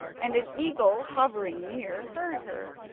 and an eagle hovering near, heard her,